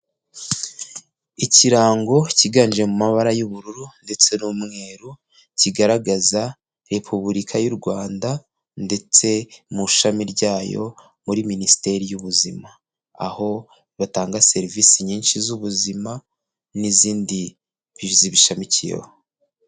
Ikirango cyiganje mu mabara y'ubururu ndetse n'umweru, kigaragaza Repubulika y'u Rwanda ndetse mu ishami ryayo muri minisiteri y'ubuzima, aho batanga serivisi nyinshi z'ubuzima n'izindi zibishamikiyeho.